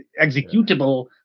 executable